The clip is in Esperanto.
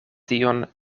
tion